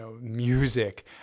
music